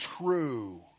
true